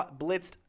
blitzed